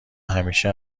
همیشه